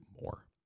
more